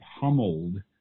pummeled